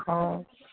অঁ